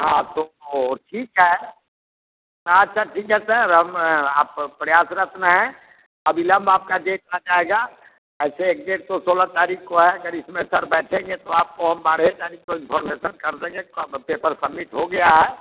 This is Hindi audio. हाँ तो वह ठीक है च्छा ठीक है सर हम आप प्रयासरत्न है अबिलंब आपका डेट आ जाएगा ऐसे एग्जेक्ट तो सोलह तारीख़ को है अगर इसमें सर बैठेंगे तो आपको हम बारह तारीख़ को इनफार्मेसन कर देंगे कब पेपर सबमिट हो गया है